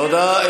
תודה.